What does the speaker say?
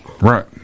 Right